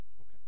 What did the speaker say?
Okay